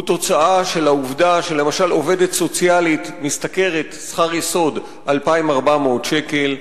הוא תוצאה של העובדה שלמשל עובדת סוציאלית משתכרת שכר יסוד 2,400 שקל,